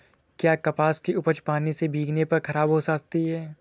क्या कपास की उपज पानी से भीगने पर खराब हो सकती है?